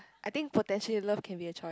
I think potentially love can be a choice